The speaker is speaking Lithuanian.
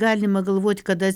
galima galvoti kada